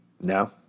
No